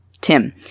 Tim